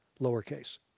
lowercase